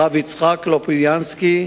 הרב יצחק לופליאנסקי,